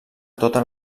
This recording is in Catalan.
totes